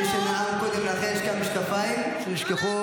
מי שנאם קודם לכן, יש כאן משקפיים שנשכחו.